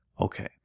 Okay